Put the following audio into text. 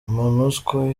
monusco